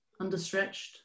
understretched